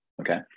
Okay